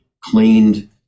cleaned